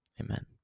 Amen